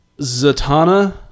Zatanna